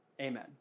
amen